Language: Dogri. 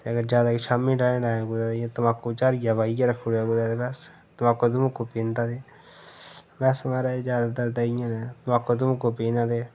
ते अगर ज्यादा शामी दे टैम टैम कुतै इ'यां तम्बाकू झारिया च पाइयै रक्खी उड़ेया ते बस तम्बाकू तम्बुकु पींदा ते बस महाराज ज्यादातर तां इयां गै तम्बाकू तम्बुकु पीना ते